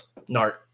Nart